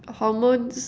hormone